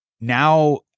now